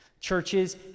Churches